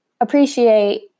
appreciate